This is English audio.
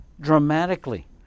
dramatically